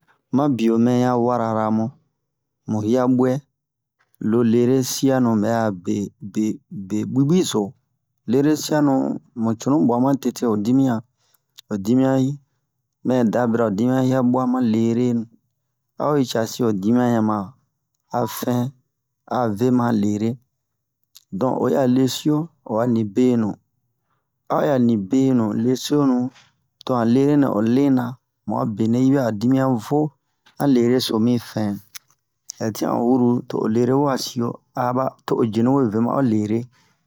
Ma biyo mɛya warara mu mu hiyabɛ lo lere siyanu bɛ'a be be bubuyizo lere siyanu mu cunu buwa ma tete ho dimiyan ho dimiyan mɛ da bira ho dimiyan hiyabwa ma lere a'o yi casi ho dimiyan yan ma a fɛn a ve ma lere don oyi a lesiyo o a nibenu a oyi a nibenu lesiyonu to han lere nɛ o lena mu'a benɛ yi bɛ'a ho dimiyan vo han lere so mi fɛn hɛtian o huru to o lere wa siyo aba to o jenu we ve ma'o lere